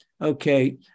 Okay